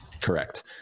correct